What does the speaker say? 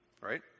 Right